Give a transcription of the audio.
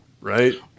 right